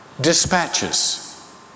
dispatches